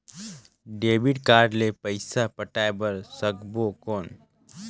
Debit card ले पइसा पटाय बार सकबो कौन?